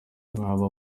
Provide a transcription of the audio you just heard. baba